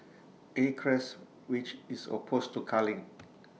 acres which is opposed to culling